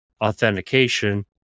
authentication